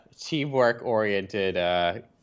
teamwork-oriented